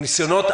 הניסיונות,